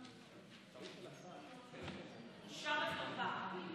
בושה וחרפה.